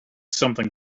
something